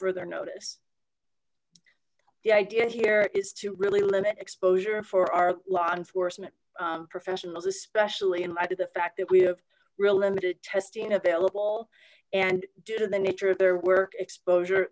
further notice the idea here is to really limit exposure for our law enforcement professionals especially in light of the fact that we have real limited testing available and due to the nature of their work exposure